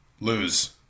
lose